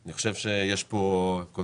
אני חושב שיש פה קונצנזוס